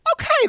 Okay